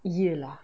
ye lah